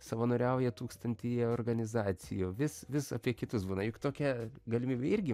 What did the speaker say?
savanoriauja tūkstantyje organizacijų vis vis apie kitus būna juk tokia galimybė irgi